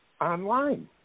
online